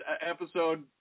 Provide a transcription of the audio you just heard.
episode